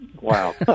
Wow